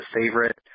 favorite